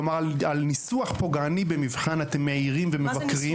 כלומר על ניסוח פוגעני במבחן אתם מעירים ומבקרים.